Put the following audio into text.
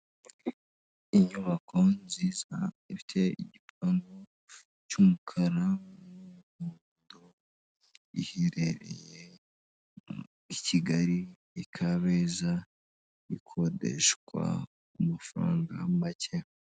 Inyubako nziza ifite igipangu cy'umukara n'umweru, iherereye i Kigali i Kabeza ikodeshwa ku mafaranga make.